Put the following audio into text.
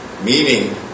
Meaning